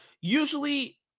usually